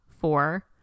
four